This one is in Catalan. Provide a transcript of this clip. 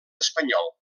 espanyol